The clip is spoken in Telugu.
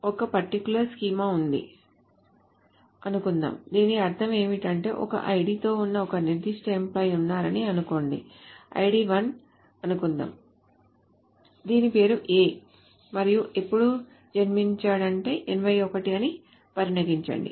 ఇక్కడ ఒక పర్టికులర్ స్కీమా ఉంది అనుకుందాం దీని అర్ధం ఏమిటంటే ఒక id తో ఉన్న ఒక నిర్దిష్ట ఎంప్లాయ్ ఉన్నారని అనుకోండి id 1 అనుకుందాం దీని పేరు A మరియు ఎప్పుడు జన్మించాడంటే 81 అని పరిగణించండి